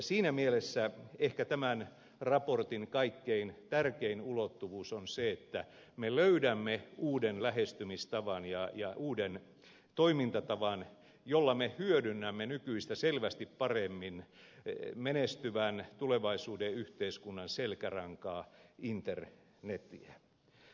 siinä mielessä ehkä tämän raportin kaikkein tärkein ulottuvuus on se että me löydämme uuden lähestymistavan ja uuden toimintatavan jolla me hyödynnämme nykyistä selvästi paremmin menestyvän tulevaisuuden yhteiskunnan selkärankaa internetiä